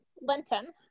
Linton